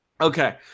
Okay